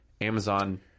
Amazon